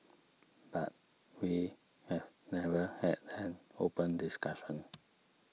but we have never had an open discussion